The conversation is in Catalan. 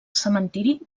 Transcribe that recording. cementiri